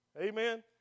Amen